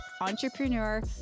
entrepreneur